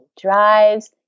drives